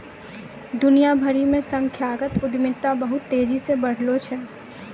दुनिया भरि मे संस्थागत उद्यमिता बहुते तेजी से बढ़लो छै